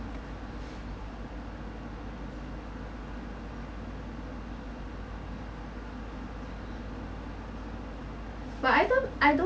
but I don't I don't